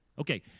Okay